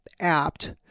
apt